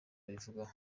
babivugaho